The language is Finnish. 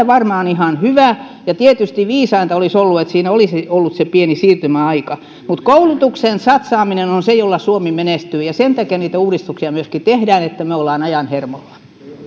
varmaan ihan hyvä tietysti viisainta olisi ollut että siinä olisi ollut se pieni siirtymäaika koulutukseen satsaaminen on se jolla suomi menestyy ja sen takia niitä uudistuksia myöskin tehdään että me olemme ajan hermolla